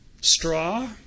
Straw